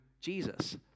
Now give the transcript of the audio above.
Jesus